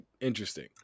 interesting